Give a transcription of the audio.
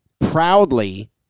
proudly